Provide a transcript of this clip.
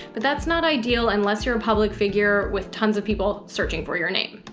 but that's not ideal unless you're a public figure with tons of people searching for your name.